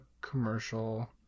commercial